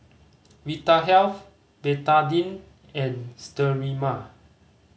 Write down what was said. Vitahealth Betadine and Sterimar